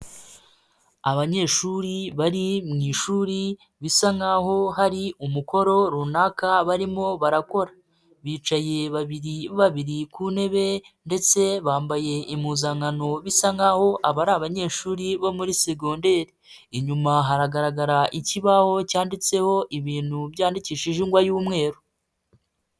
Abanyeshuri bari mu ishuri, bisa nkaho hari umukoro runaka barimo barakora. Bicaye babiribabiri ku ntebe, ndetse bambaye impuzankano bisa nkaho aba ari abanyeshuri bo muri segonderi. Inyuma haragaragara ikibaho cyanditseho ibintu byandikishije ingwa y'umweru.